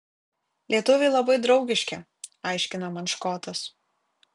lietuviai labai draugiški aiškina man škotas